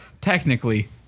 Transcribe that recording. technically